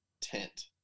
tent